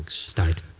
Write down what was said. and start.